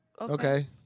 Okay